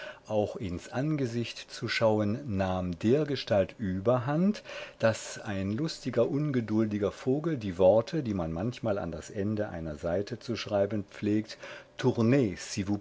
auch ins angesicht zu schauen nahm dergestalt überhand daß ein lustiger ungeduldiger vogel die worte die man manchmal an das ende einer seite zu schreiben pflegt